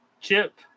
Chip